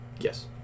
Yes